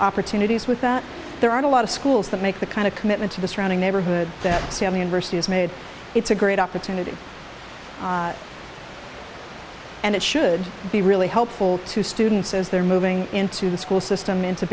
opportunities with that there aren't a lot of schools that make the kind of commitment to the surrounding neighborhood that university is made it's a great opportunity and it should be really helpful to students as they're moving into the school system into